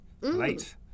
Late